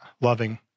loving